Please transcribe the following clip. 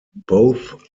both